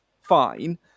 fine